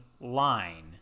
line